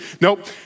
Nope